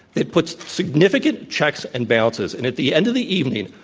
that puts significant checks and balances. and at the end of the evening,